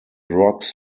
rocks